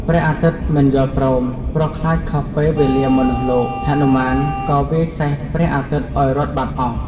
ព្រះអាទិត្យមិន យល់ព្រម ព្រោះខ្លាចខុសពេលវេលាមនុស្សលោក ហនុមានក៏វាយសេះព្រះអាទិត្យឱ្យរត់បាត់អស់។